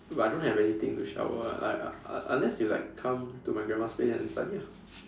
but I don't have anything to shower I I I unless like you come to my grandma's place and study ah